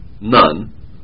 None